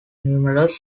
numerous